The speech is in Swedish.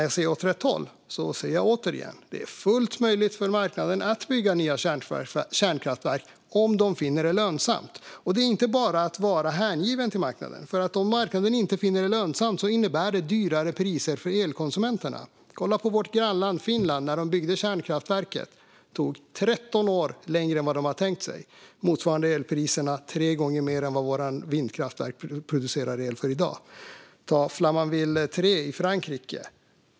Jag säger "åt rätt håll", och jag säger återigen: Det är fullt möjligt för marknaden att bygga nya kärnkraftverk om de finner det lönsamt. Och det är inte bara att vara hängiven marknaden, för om marknaden inte finner det lönsamt innebär det dyrare priser för elkonsumenterna. Kolla på vårt grannland Finland! Att bygga kärnkraftverket där tog 13 år längre än vad de hade tänkt sig. Det motsvarar elpriser som är tre gånger högre än priset för den el som våra vindkraftverk producerar i dag. Ta Flamanville 3 i Frankrike!